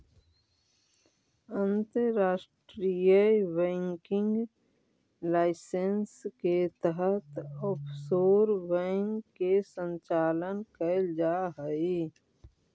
अंतर्राष्ट्रीय banking licence के तहत ऑफशोर बैंक के संचालन कैल जा हइ